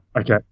Okay